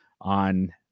on